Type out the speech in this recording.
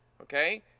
Okay